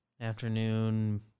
Afternoon